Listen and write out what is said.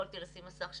יכולתי לשים מסך שחור.